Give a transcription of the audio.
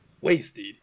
Wasted